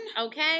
okay